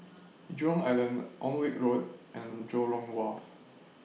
Jurong Island Alnwick Road and Jurong Wharf